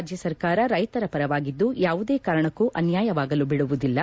ರಾಜ್ಯ ಸರ್ಕಾರ ರೈತರ ಪರವಾಗಿದ್ದು ಯಾವುದೇ ಕಾರಣಕ್ಕೂ ಅನ್ಯಾಯವಾಗಲು ಬಿಡುವುದಿಲ್ಲ